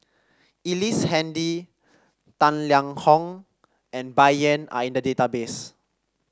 Ellice Handy Tang Liang Hong and Bai Yan are in the database